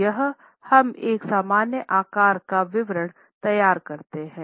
तो यहां हम एक सामान्य आकार का विवरण तैयार करते हैं